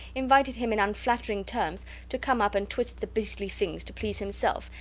invited him in unflattering terms to come up and twist the beastly things to please himself,